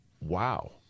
wow